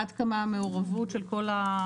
עד כמה המעורבות של היבואן,